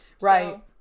Right